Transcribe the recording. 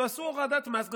תעשו הורדת מס.